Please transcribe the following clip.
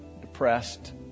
depressed